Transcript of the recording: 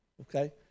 Okay